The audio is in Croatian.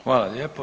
Hvala lijepo.